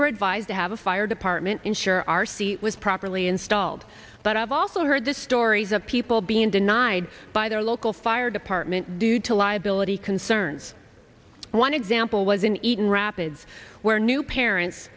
were advised to have a fire department ensure our seat was properly installed but i've also heard the stories of people being denied by their local fire department due to liability concerns one example was in eaton rapids where new parents